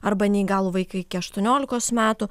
arba neįgalų vaiką iki aštuoniolikos metų